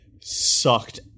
sucked